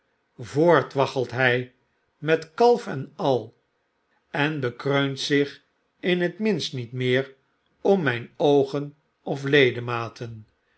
voort waggelt hij met kalf en al en bekreunt zich in het minst niet meer om myn oogen of ledematen